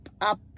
up